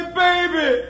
baby